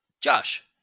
Josh